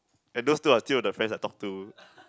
and those two are still of the friends that I talk to